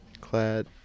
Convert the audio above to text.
clad